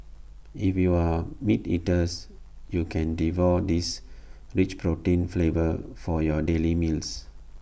if you are meat eaters you can devour this rich protein flavor for your daily meals